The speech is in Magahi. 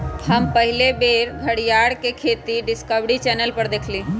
हम पहिल बेर घरीयार के खेती डिस्कवरी चैनल पर देखली